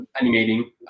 animating